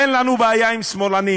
"אין לנו בעיה עם שמאלנים"